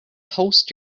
post